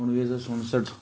उणिवीह सौ उणसठि